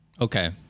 Okay